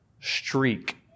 streak